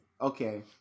okay